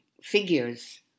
figures